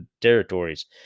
territories